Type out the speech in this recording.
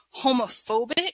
homophobic